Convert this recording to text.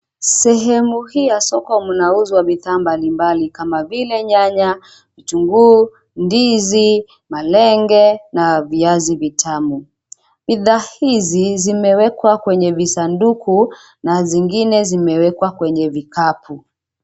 Sehemu hii ya soko mnauzwa bidhaa mbalimbali kama vile nyanya, kitunguu, ndizi, malenge na viazi vitamu. Bidhaa hizi zimewekwa kwenye visanduku na zingine zimewekwa kwenye vikapu.